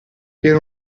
era